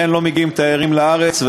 לא מגיעים תיירים לארץ,